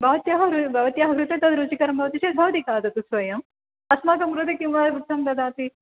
भवत्याः भवत्याः कृते तद् रुचिकरं भवति चेत् भवती खादतु स्वयम् अस्माकं कृते किमर्थं ददाति